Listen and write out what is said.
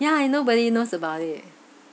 yeah and nobody knows about it